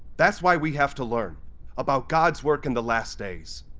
that's why we have to learn about god's work in the last days.